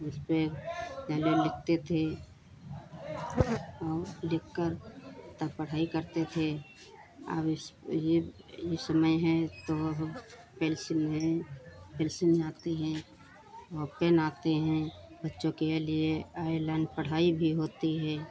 उससे पहले लिखते थे और लिखकर तब पढ़ाई करते थे अब उस उसमें है तो हम पेन्सिल है पेन्सिल लाते हैं और पेन आते हैं बच्चों के लिए आईलाइन पढ़ाई भी होती है